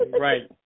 Right